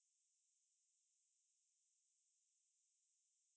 isn't that a faster process